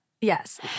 Yes